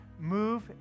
move